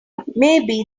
maybe